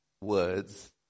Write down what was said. words